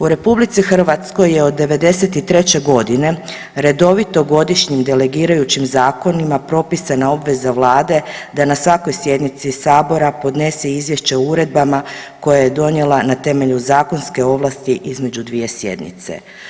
U RH je od '93.g. redovito godišnjim delegirajućim zakonima propisana obveza vlade da na svakoj sjednici sabora podnese izvješće o uredbama koje je donijela na temelju zakonske ovlasti između dvije sjednice.